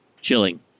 chilling